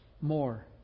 more